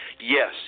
Yes